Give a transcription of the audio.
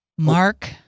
Mark